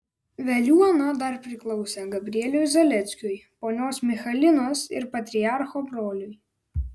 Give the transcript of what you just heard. veliuona dar priklausė gabrieliui zaleskiui ponios michalinos ir patriarcho broliui